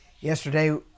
yesterday